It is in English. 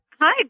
Hi